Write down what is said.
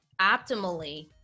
optimally